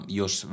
jos